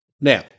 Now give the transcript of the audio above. Now